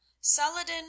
Saladin